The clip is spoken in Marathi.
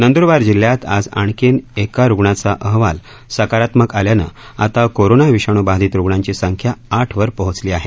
नंद्रबार जिल्ह्यात आज आणखीन एका रुग्णाचा अहवाल सकारात्मक आल्यानं आता कोरोना विषाणू बाधीत रुग्णांची संख्या आठ वर पोहचली आहे